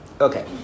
Okay